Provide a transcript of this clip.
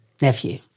nephew